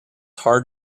hard